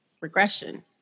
regression